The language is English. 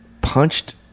punched